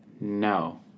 No